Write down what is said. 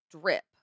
drip